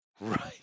Right